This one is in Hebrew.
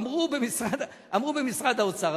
אמרו במשרד האוצר,